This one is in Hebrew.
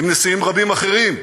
עם נשיאים רבים אחרים,